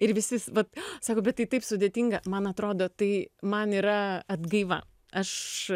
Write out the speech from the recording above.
ir visi vat sako bet taip sudėtinga man atrodo tai man yra atgaiva aš